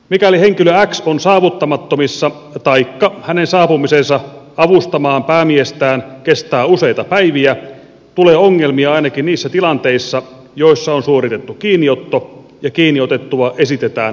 mikäli henkilö x on saavuttamattomissa taikka hänen saapumisensa avustamaan päämiestään kestää useita päiviä tulee ongelmia ainakin niissä tilanteissa joissa on suoritettu kiinniotto ja kiinni otettua esitetään pidätettäväksi